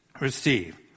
receive